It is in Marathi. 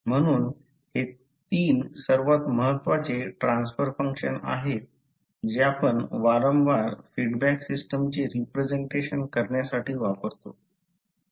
म्हणून हे तीन सर्वात महत्त्वाचे ट्रान्सफर फंक्शन आहेत जे आपण वारंवार फीडबॅक सिस्टमचे रिप्रेझेंटेशन करण्यासाठी वापरतो